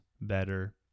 better